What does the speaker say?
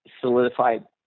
solidified